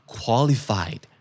qualified